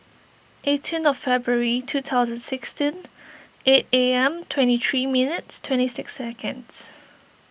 eighteen of February two thousand sixteen eight A M twenty three minutes twenty six seconds